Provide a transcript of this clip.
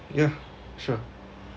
ya sure